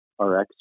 rx